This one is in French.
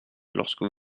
lorsque